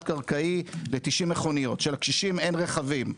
קרקעי ל-90 מכוניות שלקשישים אין רכבים,